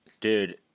Dude